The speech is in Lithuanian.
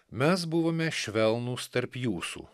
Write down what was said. mes buvome švelnūs tarp jūsų